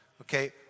okay